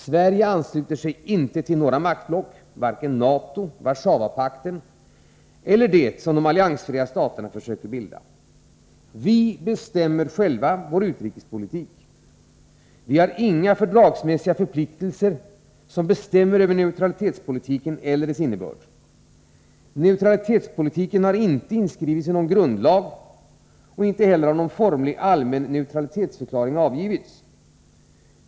Sverige ansluter sig inte till några maktblock, varken NATO, Warszawapakten eller det som de alliansfria staterna försöker bilda. Vi bestämmer själva vår utrikespolitik. Vi har inga fördragsmässiga förpliktelser som bestämmer över neutralitetspolitiken eller dess innebörd. Neutralitetspolitiken har inte inskrivits i någon grundlag. Inte heller har någon formlig allmän neutralitetsförklaring avgivits.